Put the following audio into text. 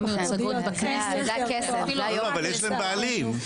מיוצגות בכנסת --- אבל יש להם בעלים,